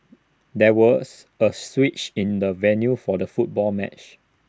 there was A switch in the venue for the football match